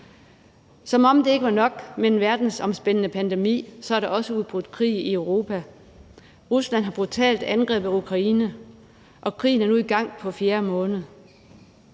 Som om det ikke var nok med en verdensomspændende pandemi, er der også udbrudt krig i Europa. Rusland har brutalt angrebet Ukraine, og krigen er nu i gang på fjerde måned.